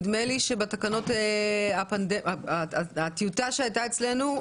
נדמה לי שבטיוטה שהייתה אצלנו,